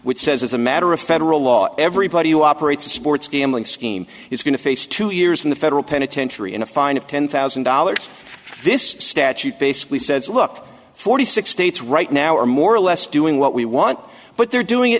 which says as a matter of federal law everybody who operates a sports gambling scheme is going to face two years in the federal penitentiary and a fine of ten thousand dollars this statute basically says look forty six states right now are more or less doing what we want but they're doing it